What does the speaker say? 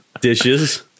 Dishes